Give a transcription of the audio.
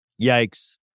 yikes